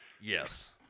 Yes